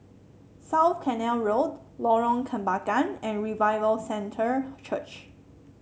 South Canal Road Lorong Kembangan and Revival Center Church